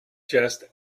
just